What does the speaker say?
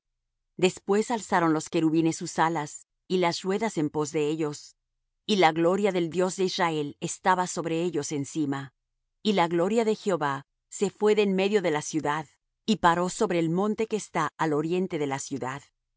después alzaron los querubines sus alas y las ruedas en pos de ellos y la gloria del dios de israel estaba sobre ellos encima y la gloria de jehová se fué de en medio de la ciudad y paró sobre el monte que está al oriente de la ciudad